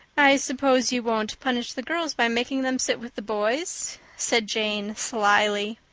i suppose you won't punish the girls by making them sit with the boys? said jane slyly.